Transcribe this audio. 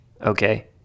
Okay